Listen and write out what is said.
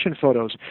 photos